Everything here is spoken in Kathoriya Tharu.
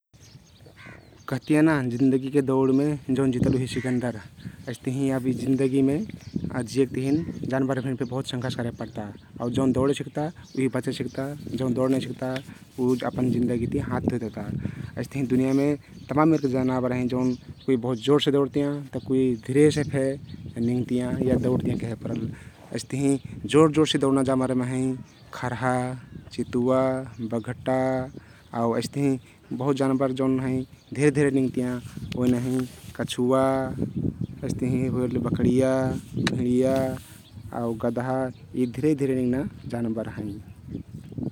कहतियाँ न जिन्दगिक दौरमे जउन जितल उहि सिकन्दर । अस्तहिं अब यि जिन्दगिमे जियक तहिन जानबर भरिन फे बहुत संघर्ष करेपर्ता । आउ जउन दौरे सिक्ता उहि बचे सिक्ता, जउन दौरे नाई सिक्ता उ अपन जिन्दगिती हाँथ धोइक पर्ता । अइस्तहिं दुनियाँमे तमान मेरके जनाबर हँइ जउन कुइ बहुत जोरसे दौरतियाँ तउ कुइ धिरेसे फे निंगतियाँ या दौरतियाँ कहेपरल । अइस्तहिं जोर जोर से दौरना जानबरमे हँइ खरहा, चितुवा, बघटा आउ अइस्तहिं बहुत जानबर जउन हँइ धिरे धिरे निंगतियाँ । ओइने हँइ कछुवा, अइस्तहिं होइल बकरिया, भिंडिया आउ गदहा । यि धिरे धिरे निंगना जानबर हँइ ।